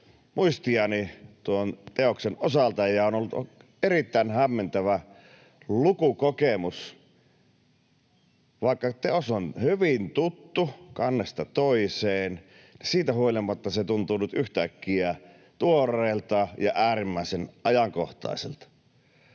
muistiani tuon teoksen osalta, ja se on ollut erittäin hämmentävä lukukokemus. Vaikka teos on hyvin tuttu kannesta toiseen, siitä huolimatta se tuntuu nyt yhtäkkiä tuoreelta ja äärimmäisen ajankohtaiselta.